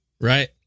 right